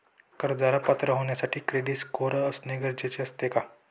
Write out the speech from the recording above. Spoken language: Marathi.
कर्जाला पात्र होण्यासाठी क्रेडिट स्कोअर असणे गरजेचे असते का?